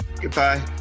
goodbye